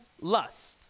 lust